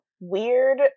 weird